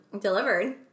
Delivered